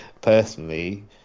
personally